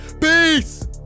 Peace